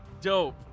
Dope